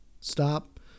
stop